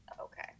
Okay